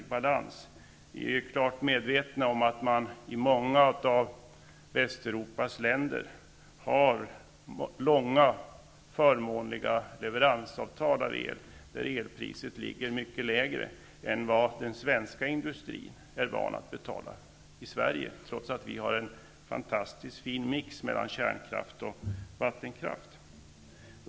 Vi är klart medvetna om att man i många av Västeuropas länder har långa förmånliga leveransavtal i fråga om el, där elpriset ligger mycket lägre än vad den svenska industrin är van att betala i Sverige, trots att vi har en fantastiskt fin mix mellan kärnkraft och vattenkraft.